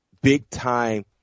big-time